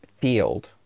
field